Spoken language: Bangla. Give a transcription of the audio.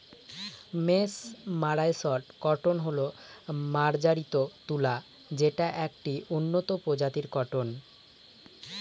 মেসমারাইসড কটন হল মার্জারিত তুলা যেটা একটি উন্নত প্রজাতির কটন